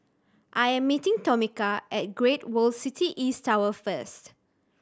I am meeting Tomika at Great World City East Tower first